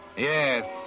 Yes